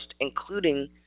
including